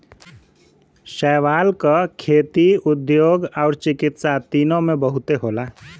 शैवाल क खेती, उद्योग आउर चिकित्सा तीनों में बहुते होला